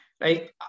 Right